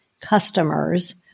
customers